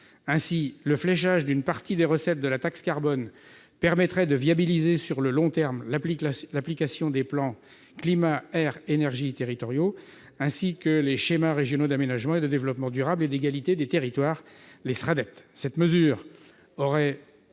Ainsi, le fléchage d'une partie des recettes de la taxe carbone permettrait de viabiliser, sur le long terme, l'application des plans climat-air-énergie territoriaux, ainsi que les schémas régionaux d'aménagement et de développement durable et d'égalité des territoires, les SRADDET.